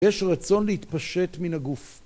יש רצון להתפשט מן הגוף